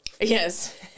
yes